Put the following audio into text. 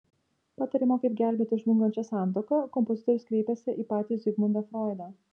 patarimo kaip gelbėti žlungančią santuoką kompozitorius kreipėsi į patį zigmundą froidą